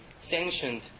sanctioned